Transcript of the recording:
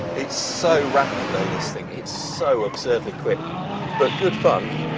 it's so rapid though this thing, it's so absurdly quick but good fun